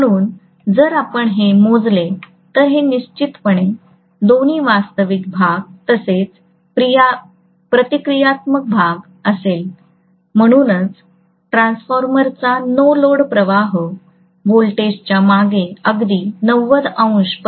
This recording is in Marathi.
म्हणून जर आपण हे मोजले तर हे निश्चितपणे दोन्ही वास्तविक भाग तसेच प्रतिक्रियात्मक भाग असेल म्हणूनच ट्रान्सफॉर्मरचा नो लोड प्रवाह व्होल्टेजच्या मागे अगदी 90°